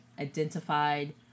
identified